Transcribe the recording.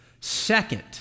Second